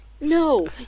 no